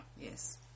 Yes